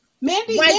Mandy